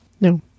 No